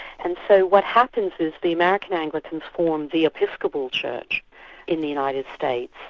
and so what happens is, the american anglicans form the episcopal church in the united states,